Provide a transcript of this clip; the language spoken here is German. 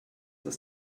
das